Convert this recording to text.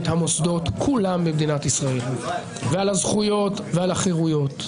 המוסדות כולם במדינת ישראל ועל הזכויות ועל החרויות.